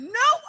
no